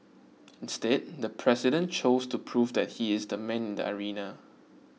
instead the president chose to prove that he is the man in the arena